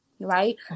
right